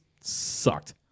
sucked